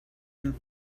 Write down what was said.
him